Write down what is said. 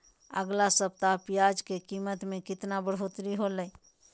अगला सप्ताह प्याज के कीमत में कितना बढ़ोतरी होलाय?